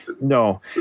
No